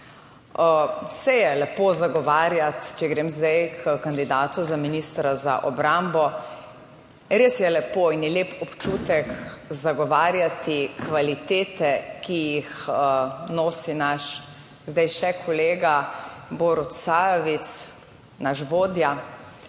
Saj je lepo zagovarjati, če grem zdaj h kandidatu za ministra za obrambo, res je lepo in je lep občutek zagovarjati kvalitete, ki jih nosi naš, zdaj še kolega Borut Sajovic, naš vodja.